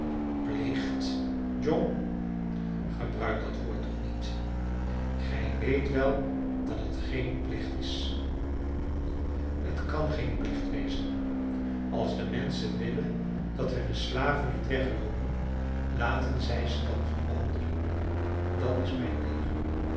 plicht john gebruik dat woord toch niet gij weet wel dat het geen plicht is het kan geen plicht wezen als de menschen willen dat hunne slaven niet wegloopen laten zij ze dan goed behandelen dat is mijne leer